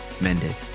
mended